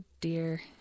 dear